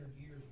years